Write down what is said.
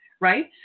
right